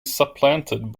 supplanted